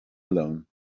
alone